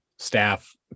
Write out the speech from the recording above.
staff